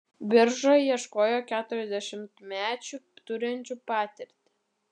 birža ieškojo keturiasdešimtmečių turinčių patirtį